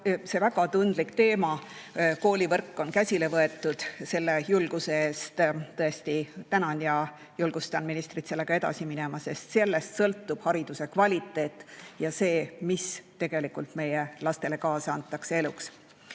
see väga tundlik teema –koolivõrk – on käsile võetud. Selle julguse eest tõesti tänan ja julgustan ministrit sellega edasi minema, sest sellest sõltub hariduse kvaliteet ja see, mis tegelikult meie lastele eluks kaasa antakse. Aga